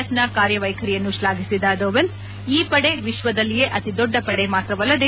F ನ ಕಾರ್ಯವೈಖರಿಯನ್ನು ತ್ಲಾಘಿಸಿದ ದೊವಲ್ ಈ ಪಡೆ ವಿಶ್ವದಲ್ಲಿಯೇ ಅತಿ ದೊಡ್ಡ ಪಡೆ ಮಾತ್ರವಲ್ಲದೆ